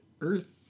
Earth